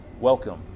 Welcome